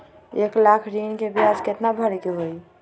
एक लाख ऋन के ब्याज केतना भरे के होई?